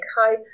hi